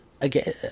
again